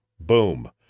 Boom